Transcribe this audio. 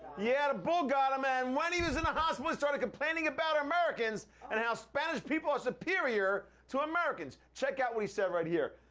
yeah, a bull got him and when he was in the hospital, he started complaining about americans and how spanish people are superior to americans. check out what he said right here.